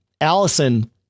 Allison